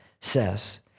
says